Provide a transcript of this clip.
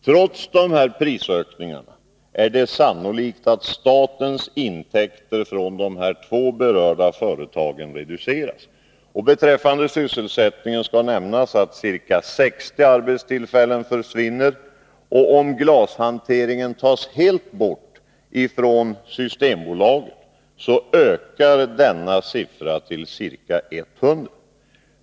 Trots dessa prisökningar är det sannolikt att statens intäkter från de två berörda företagen reduceras. Beträffande sysselsättningen skall nämnas att ca 60 arbetstillfällen försvinner. Om glashanteringen helt tas bort från Systembolaget ökar denna siffra till ca 100.